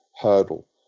hurdle